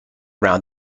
around